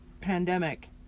pandemic